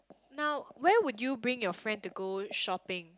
now where would you bring your friend to go shopping